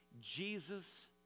Jesus